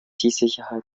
sicherheit